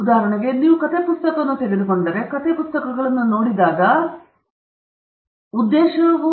ಉದಾಹರಣೆಗೆ ನೀವು ಕಥೆ ಪುಸ್ತಕವನ್ನು ತೆಗೆದುಕೊಂಡರೆ ನೀವು ಕಥೆ ಪುಸ್ತಕಗಳನ್ನು ನೋಡಿದಾಗ ಉದ್ದೇಶವು